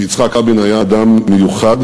כי יצחק רבין היה אדם מיוחד,